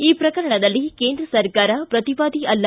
ಈ ಪ್ರಕರಣದಲ್ಲಿ ಕೇಂದ್ರ ಸರ್ಕಾರ ಪ್ರತಿವಾದಿ ಅಲ್ಲ